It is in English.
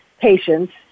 patients